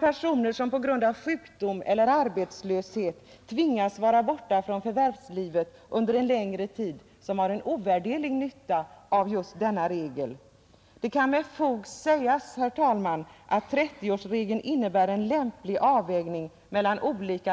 Personer som på grund av sjukdom eller arbetslöshet tvingas vara borta från förvärvslivet under en längre tid har en ovärderlig nytta av regeln. Det kan med fog sägas, herr talman, att 30-årsregeln innebär en lämplig avvägning mellan olika